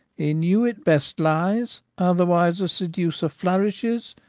in you it best lies otherwise a seducer flourishes,